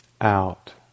out